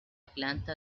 planta